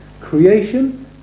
creation